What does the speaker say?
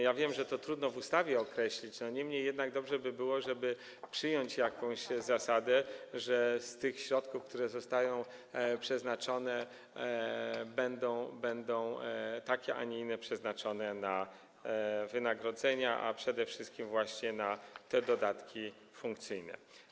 Ja wiem, że to trudno w ustawie określić, niemniej jednak dobrze by było, żeby przyjąć jakąś zasadę, że z tych środków, które zostają przeznaczone, będą takie a nie inne przeznaczone na wynagrodzenia, a przede wszystkim właśnie na te dodatki funkcyjne.